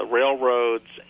railroads